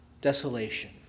desolation